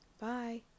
Bye